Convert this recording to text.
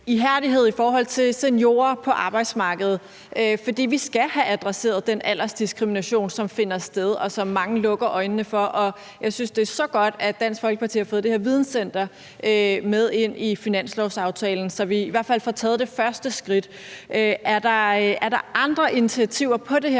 ihærdighed i forhold til seniorer på arbejdsmarkedet. For vi skal have adresseret den aldersdiskrimination, som finder sted, og som mange lukker øjnene for. Og jeg synes, det er så godt, at Dansk Folkeparti har fået det her videnscenter med ind i finanslovsaftalen, så vi i hvert fald får taget det første skridt. Er der andre initiativer på det her